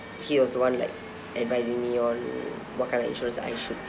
he was the one like advising me on what kind of insurance I should